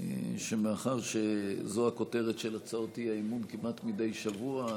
שמאחר שזו הכותרת של הצעות האי-אמון כמעט מדי שבוע,